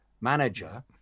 manager